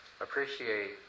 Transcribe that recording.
appreciate